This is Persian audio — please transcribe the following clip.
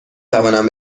توانم